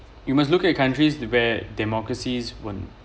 you must look at countries where democracies won't